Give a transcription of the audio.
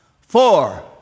four